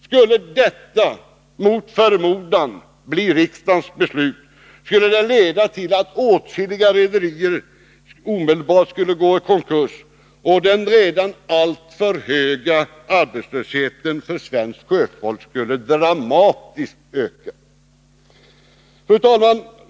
Skulle detta, mot förmodan, bli riksdagens beslut, skulle det leda till att åtskilliga rederier omedelbart måste gå i konkurs, och den redan alltför stora arbetslösheten bland svenskt sjöfolk skulle öka dramatiskt. Fru talman!